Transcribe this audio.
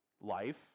Life